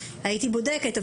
הייתי בודקת,